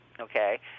okay